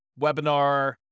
webinar